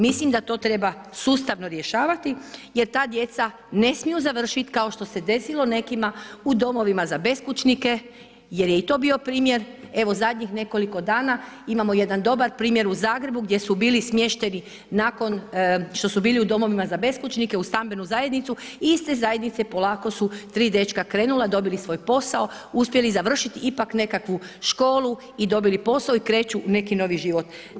Mislim da to treba sustavno rješavati jer ta djeca ne smiju završiti kao što se desilo nekima u domovima za beskućnike jer je i to bio primjer, evo zadnjih nekoliko dana, imamo jedan dobar primjer u Zagrebu gdje su bili smješteni nakon što su bili u domovima za beskućnike u stambenu zajednicu i iz te zajednice polako su 3 dečka krenula, dobili svoj posao, uspjeli završiti ipak nekakvu školu i dobili posao i kreću u neki novi život.